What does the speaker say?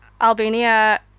Albania